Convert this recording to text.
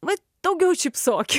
vat daugiau šypsoki